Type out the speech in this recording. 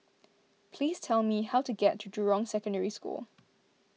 please tell me how to get to Jurong Secondary School